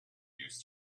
used